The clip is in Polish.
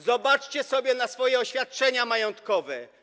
Zobaczcie sobie swoje oświadczenia majątkowe.